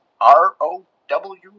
R-O-W